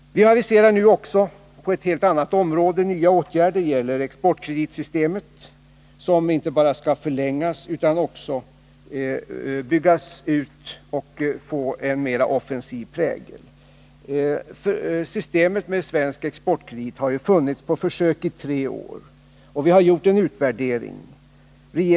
Vi aviserar nu också nya åtgärder på ett helt annat område. Det gäller exportkreditsystemet, som inte bara skall förlängas utan också byggas ut och få en mer offensiv prägel. Systemet med exportkredit har funnits på försök i tre år. Vi har nu gjort en utvärdering.